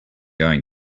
going